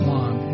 one